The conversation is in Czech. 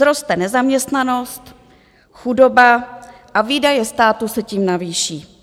Vzroste nezaměstnanost, chudoba a výdaje státu se tím navýší.